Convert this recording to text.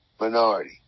minority